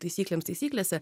taisyklėms taisyklėse